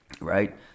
right